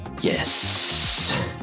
yes